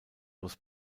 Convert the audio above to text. was